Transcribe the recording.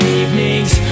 evenings